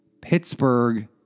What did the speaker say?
Pittsburgh